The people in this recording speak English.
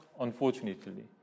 unfortunately